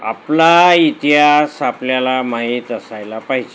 आपला इतिहास आपल्याला माहीत असायला पाहिजे